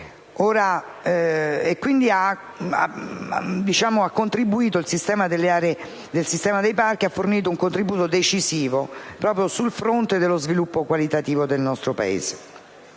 Il sistema dei parchi ha fornito un contributo decisivo proprio sul fronte dello sviluppo qualitativo del nostro Paese: